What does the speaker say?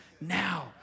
now